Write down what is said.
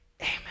Amen